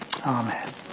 Amen